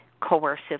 coercive